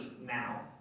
now